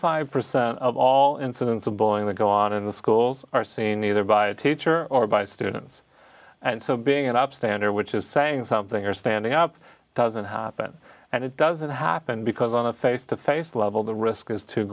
five percent of all incidents of bullying that go on in the schools are seen either by a teacher or by students and so being an ops than or which is saying something or standing up doesn't happen and it doesn't happen because on a face to face level the risk is too